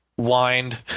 Wind